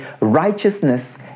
righteousness